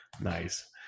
Nice